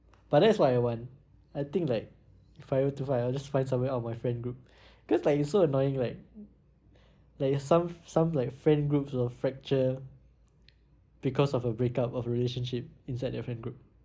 but that's what I want I think like if I want to find I'll just find someone out of my friend group cause like it's so annoying right like there's some some like friend groups will fracture because of a break up of relationship inside their friend group